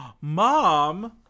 Mom